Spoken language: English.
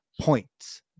points